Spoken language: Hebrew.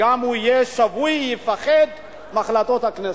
גם הוא יהיה שבוי, יפחד מהחלטות הכנסת.